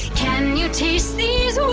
can you taste these